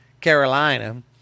Carolina